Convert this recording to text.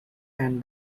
and